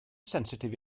sensitif